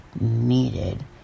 needed